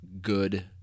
good